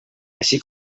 així